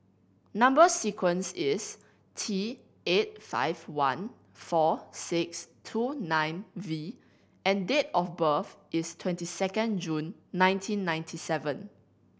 number sequence is T eight five one four six two nine V and date of birth is twenty second June nineteen ninety seven